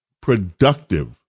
productive